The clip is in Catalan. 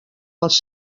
pels